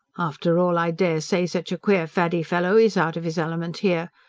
after all i dare say such a queer faddy fellow is out of his element here.